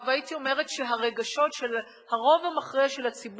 והייתי אומרת שהרגשות של הרוב המכריע של הציבור